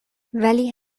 ولی